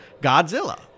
Godzilla